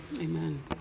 Amen